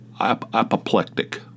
apoplectic